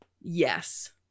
Yes